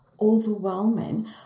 overwhelming